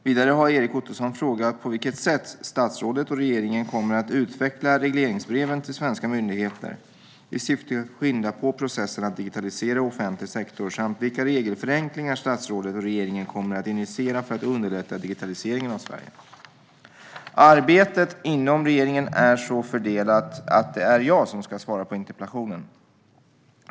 Vidare har Erik Ottoson frågat på vilket sätt statsrådet och regeringen kommer att utveckla regleringsbreven till svenska myndigheter i syfte att skynda på processen att digitalisera offentlig sektor och vilka regelförenklingar statsrådet och regeringen kommer att initiera för att underlätta digitaliseringen av Sverige. Arbetet inom regeringen är så fördelat att det är jag som ska svara på interpellationen.